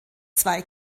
zwei